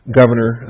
governor